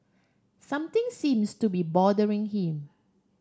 something seems to be bothering him